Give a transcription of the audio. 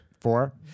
Four